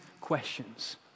questions